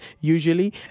usually